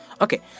Okay